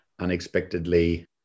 unexpectedly